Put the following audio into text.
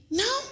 no